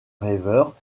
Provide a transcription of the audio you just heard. rêveur